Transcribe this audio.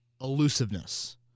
elusiveness